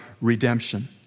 redemption